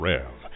Rev